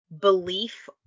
belief